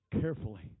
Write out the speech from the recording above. carefully